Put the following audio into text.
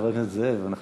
חבר הכנסת זאב.